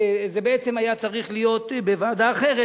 זה בעצם היה צריך להיות בוועדה אחרת,